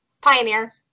Pioneer